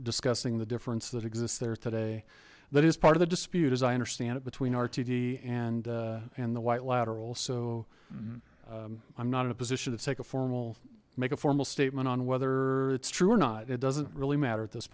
discussing the difference that exists there today that is part of the dispute as i understand it between rtd and and the white lateral so i'm not in a position to take a formal make a formal statement on whether it's true or not it doesn't really matter at this